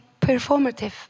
performative